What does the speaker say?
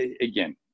again